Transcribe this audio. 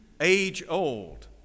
age-old